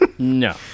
no